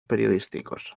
periodísticos